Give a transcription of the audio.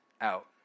out